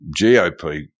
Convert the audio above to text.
GOP